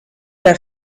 der